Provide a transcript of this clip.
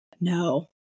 No